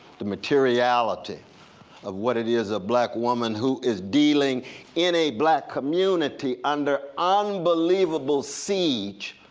the materiality of what it is a black woman who is dealing in a black community under unbelievable siege,